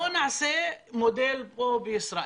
בוא נעשה מודל פה בישראל.